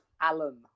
Alan